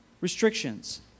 restrictions